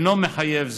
אינו מחייב זאת,